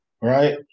right